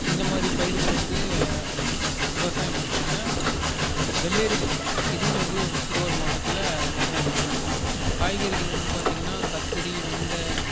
இந்த மாதிரி பயிர்கள் வந்து விவசாயம் பண்ணுறாங்க வெள்ளரி இதுவும் வந்து திருவாரூர் மாவட்டத்தில் விவசாயம் பண்ணுறாங்க காய்கறிகள் வந்து பார்த்திங்கனா கத்திரி வெண்டை